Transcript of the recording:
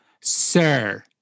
sir